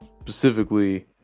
specifically